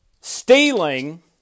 stealing